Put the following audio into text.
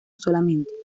solamente